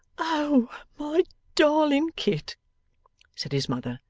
oh! my darling kit said his mother,